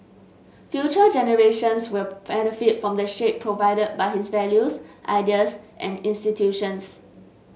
future generations will benefit from the shade provided by his values ideas and institutions